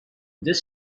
this